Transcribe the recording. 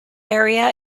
area